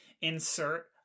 insert